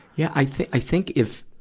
yeah. i think, i think if,